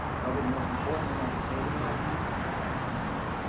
toby, the most important thing i could say to you right now yeah?